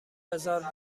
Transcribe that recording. بزار